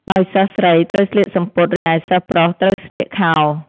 ដោយសិស្សស្រីត្រូវស្លៀកសំពត់ រីឯសិស្សប្រុសត្រូវស្លៀកខោ។